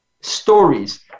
stories